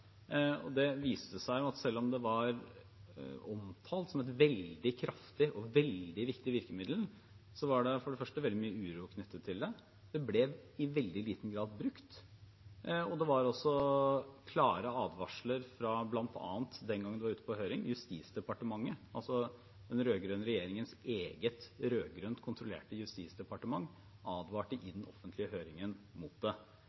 og det viste seg at selv om det var omtalt som et veldig kraftig og viktig virkemiddel, var det veldig mye uro knyttet til det. Det ble i veldig liten grad brukt, og da det var ute på høring den gangen, kom det også klare advarsler fra bl.a. Justisdepartementet. Den rød-grønne regjeringens eget rød-grønt kontrollerte Justisdepartement advarte altså mot det